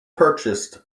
purchased